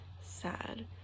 sad